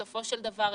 בסופו של דבר,